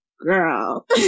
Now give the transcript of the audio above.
girl